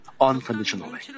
unconditionally